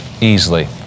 easily